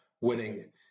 winning